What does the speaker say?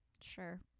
Sure